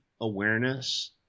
awareness